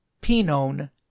Pinon